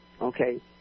Okay